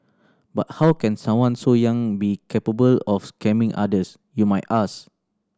but how can someone so young be capable of scamming others you might ask